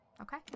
okay